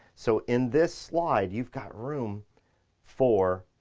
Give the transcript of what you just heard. so, in this slide you've got room for.